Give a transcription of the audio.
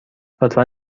لطفا